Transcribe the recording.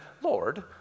Lord